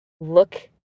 look